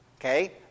Okay